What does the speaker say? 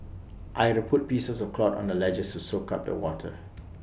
I had to put pieces of cloth on the ledges to soak up the water